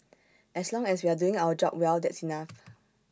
as long as we're doing our job well that's enough